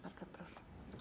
Bardzo proszę.